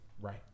right